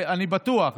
אני בטוח,